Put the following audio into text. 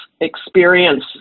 experience